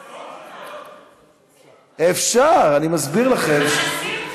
אפשר, אני מסביר לכם.